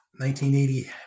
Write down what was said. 1980